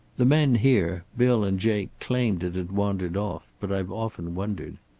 the men here, bill and jake, claimed it had wandered off, but i've often wondered.